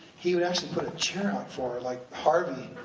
he would actually put a chair out for her like harvey,